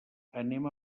anem